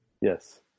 Yes